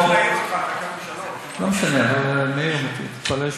לא צריך להעיר אותך, אתה קם ב-03:00.